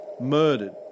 murdered